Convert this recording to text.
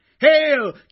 Hail